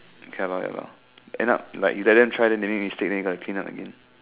ya lor ya lor end up like you let them try then they make mistake then you gotta clean up again